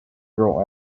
girl